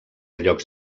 llocs